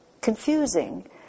confusing